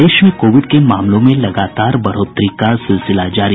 प्रदेश में कोविड के मामलों में लगातार बढ़ोतरी का सिलसिला जारी